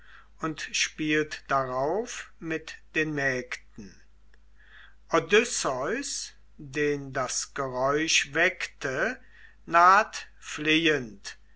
und spielt darauf mit den mägden odysseus den das geräusch weckte naht flehend